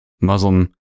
muslim